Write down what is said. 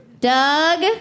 Doug